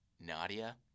Nadia